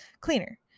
Cleaner